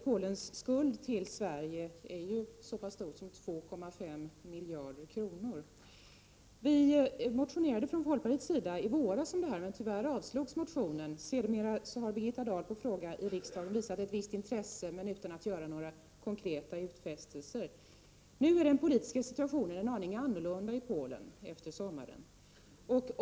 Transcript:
Polens skuld till Sverige är ju så stor som 2,5 miljarder kronor. Vi motionerade från folkpartiets sida om detta i våras, men tyvärr avslogs motionen. Sedermera har Birgitta Dahl på fråga i riksdagen visat ett visst intresse men utan att göra några konkreta utfästelser. Nu är den politiska situationen efter sommaren en aning annorlunda i Polen.